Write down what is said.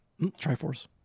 Triforce